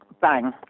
bang